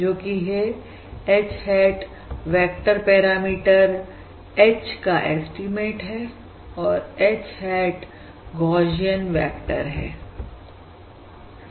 जोकि है H hat vector parameter H का एस्टीमेट है और H hat गौशियन वेक्टर है